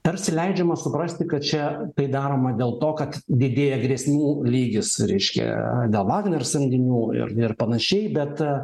tarsi leidžiama suprasti kad čia tai daroma dėl to kad didėja grėsmių lygis reiškia dėl vagner samdinių ir ir panašiai bet